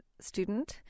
student